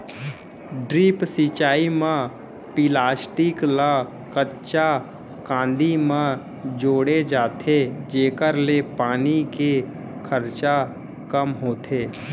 drip सिंचई म plastic ल कच्चा कांदी म जोड़े जाथे जेकर ले पानी के खरचा कम होथे